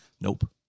Nope